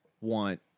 want